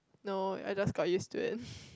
no I just got used to it